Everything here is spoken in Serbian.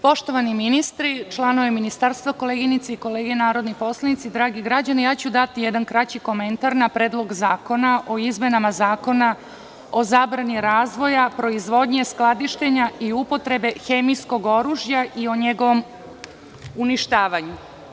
Poštovani ministri, članovi ministarstva, koleginice i kolege narodni poslanici, dragi građani, ja ću dati jedan kraći komentar na Predlog zakona o izmenama Zakona o zabrani razvoja, proizvodnje, skladištenja i upotrebe hemijskog oružja i o njegovom uništavanju.